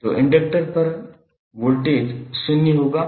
तो इंडक्टर पर वोल्टेज शून्य होगा